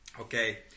Okay